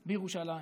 בירושלים.